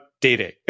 dating